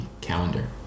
calendar